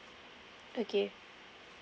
okay